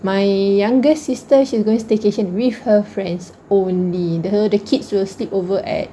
my younger sister she's going staycation with her friends only her the kids will sleep over at